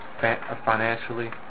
financially